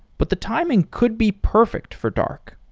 but the timing could be perfect for dark.